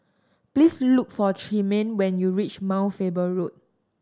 please look for Tremaine when you reach Mount Faber Road